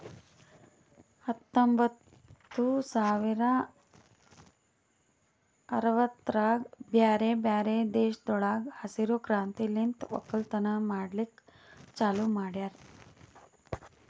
ಹತ್ತೊಂಬತ್ತು ಸಾವಿರ ಅರವತ್ತರಾಗ್ ಬ್ಯಾರೆ ಬ್ಯಾರೆ ದೇಶಗೊಳ್ದಾಗ್ ಹಸಿರು ಕ್ರಾಂತಿಲಿಂತ್ ಒಕ್ಕಲತನ ಮಾಡ್ಲುಕ್ ಚಾಲೂ ಮಾಡ್ಯಾರ್